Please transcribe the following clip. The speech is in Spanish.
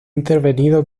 intervenido